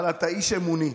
אבל אתה איש אמוני.